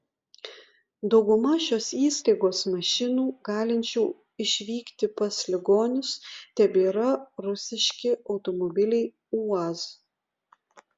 dauguma šios įstaigos mašinų galinčių išvykti pas ligonius tebėra rusiški automobiliai uaz